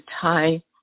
tie